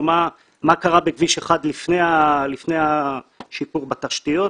מה קרה בכביש 1 לפני השיפור בתשתיות.